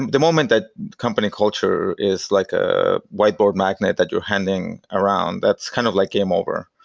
the moment that company culture is like a whiteboard magnet that you're handing around, that's kind of like game over.